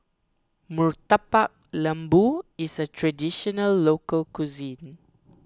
Murtabak Lembu is a Traditional Local Cuisine